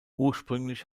ursprünglich